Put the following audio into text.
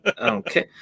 Okay